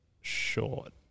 short